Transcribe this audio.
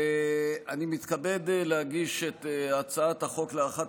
אני מתכבד להגיש את הצעת החוק להארכת